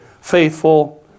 faithful